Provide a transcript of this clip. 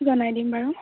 জনাই দিম বাৰু